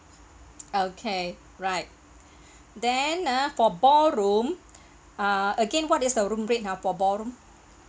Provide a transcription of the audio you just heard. okay right then ah for ballroom uh again what is the room rate ha for ballroom